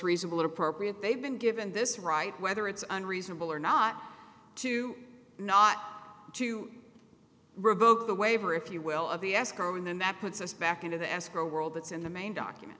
reasonable or appropriate they've been given this right whether it's unreasonable or not to not to revoke the waiver if you will of the escrow and then that puts us back into the escrow world that's in the main document